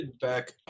back